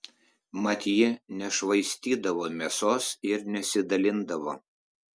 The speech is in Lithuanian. mat ji nešvaistydavo mėsos ir nesidalindavo